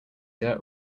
dirt